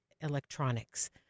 electronics